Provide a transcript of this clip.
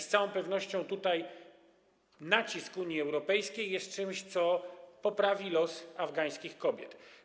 Z całą pewnością tutaj nacisk Unii Europejskiej jest czymś, co poprawi los afgańskich kobiet.